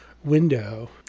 window